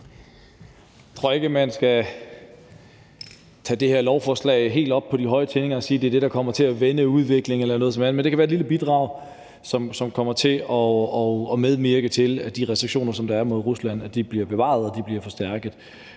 Jeg tror ikke, man skal tage det her lovforslag helt op på de høje tinder og sige, at det er det, der kommer til at vende udviklingen eller noget, men det kan være et lille bidrag, som kommer til at medvirke til, at de restriktioner, der er mod Rusland, bliver bevaret og forstærket.